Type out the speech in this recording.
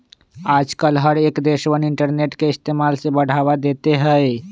आजकल हर एक देशवन इन्टरनेट के इस्तेमाल से बढ़ावा देते हई